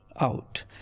out